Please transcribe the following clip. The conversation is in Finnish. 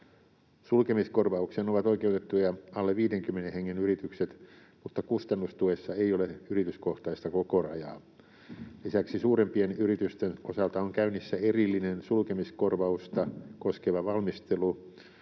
Sulkemiskorvaukseen ovat oikeutettuja alle 50 hengen yritykset, mutta kustannustuessa ei ole yrityskohtaista kokorajaa. Lisäksi suurempien yritysten osalta on käynnissä erillinen sulkemiskorvausta koskeva valmistelu,